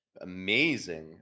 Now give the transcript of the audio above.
amazing